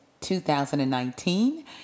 2019